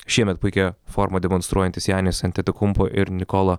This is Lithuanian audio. šiemet puikią formą demonstruojantis janis antetakumpo ir nikolo